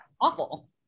awful